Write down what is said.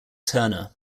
turner